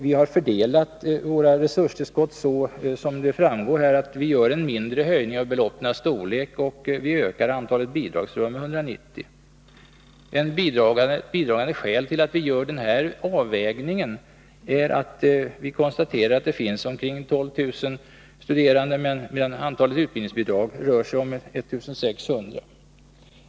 Vi har fördelat våra resurstillskott så att vi gör en mindre höjning av beloppets storlek och ökar 21 Bidragande skäl till att vi gör den här avvägningen är att vi konstaterar att det finns omkring 12000 studerande, medan antalet utbildningsbidrag endast är omkring 1 600.